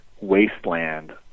wasteland